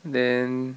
then